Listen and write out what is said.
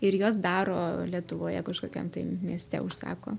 ir juos daro lietuvoje kažkokiam mieste užsako